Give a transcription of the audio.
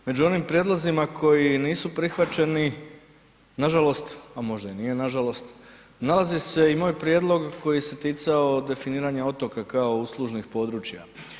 Među onim prijedlozima koji nisu prihvaćeni, nažalost a možda i nije nažalost, nalazi se i moj prijedlog koji se ticao definiranja otoka kao uslužnih područja.